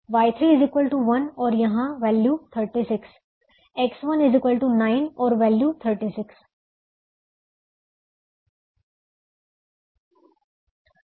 Y3 1 और यहां value 36 होगी X1 9 और वैल्यू 36 होगी